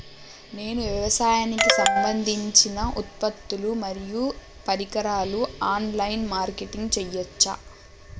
నేను వ్యవసాయానికి సంబంధించిన ఉత్పత్తులు మరియు పరికరాలు ఆన్ లైన్ మార్కెటింగ్ చేయచ్చా?